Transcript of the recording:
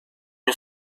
you